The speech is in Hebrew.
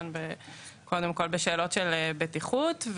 קודם כול בשאלות של בטיחות.